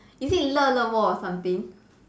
is it or something